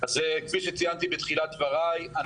אז כפי שציינתי בתחילת דבריי,